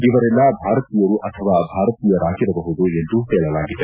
ಇವರೆಲ್ಲ ಭಾರತೀಯರು ಅಥವಾ ಭಾರತೀಯರಾಗಿರಬಹುದು ಎಂದು ಹೇಳಲಾಗಿದೆ